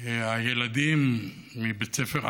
הילדים מבית הספר אדנים,